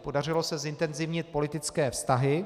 Podařilo se zintenzivnit politické vztahy.